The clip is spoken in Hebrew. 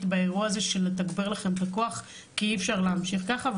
באירוע הזה של לתגבר לכם את הכוח כי אי אפשר להמשיך ככה,